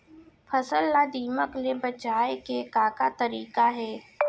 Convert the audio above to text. फसल ला दीमक ले बचाये के का का तरीका हे?